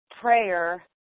prayer